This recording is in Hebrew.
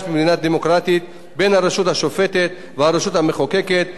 במדינה דמוקרטית בין הרשות השופטת והרשות המחוקקת,